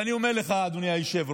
ואני אומר לך, אדוני היושב-ראש,